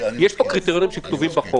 יש פה קריטריונים שכתובים בחוק,